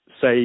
say